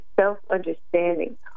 self-understanding